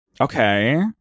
Okay